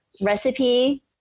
recipe